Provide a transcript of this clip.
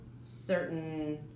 certain